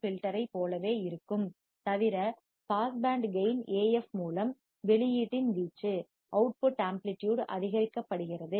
filter ஐப் போலவே இருக்கும் தவிர பாஸ் பேண்ட் கேயின் AF மூலம் வெளியீட்டின் வீச்சு அவுட்புட் ஆம்ப்ளிட்டியூட் அதிகரிக்கப்படுகிறது